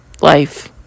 life